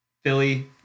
Philly